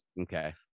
Okay